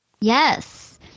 Yes